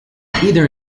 either